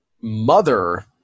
mother